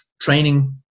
training